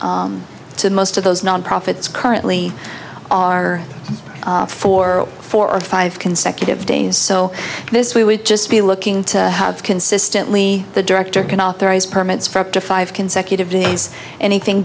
to most of those non profits currently are for four or five consecutive days so this we would just be looking to have consistently the director can authorize permits for up to five consecutive days anything